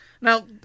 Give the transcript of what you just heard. Now